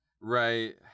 Right